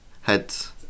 heads